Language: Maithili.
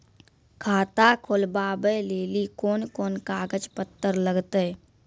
खाता खोलबाबय लेली कोंन कोंन कागज पत्तर लगतै?